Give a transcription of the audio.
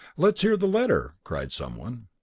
let's hear the letter! cried someone.